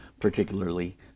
particularly